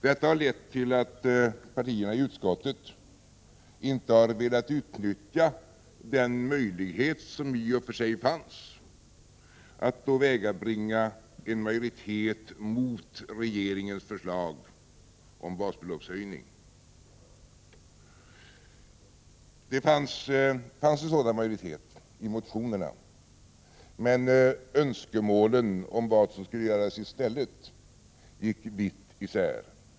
Detta har lett till att partierna i utskottet inte har velat utnyttja den möjlighet som i och för sig fanns att åvägabringa en majoritet mot regeringens förslag om en basbeloppshöjning. Det fanns en sådan majoritet — det framgår av motionerna. Men önskemålen om vad som skulle görasistället gick vitt isär.